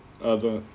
then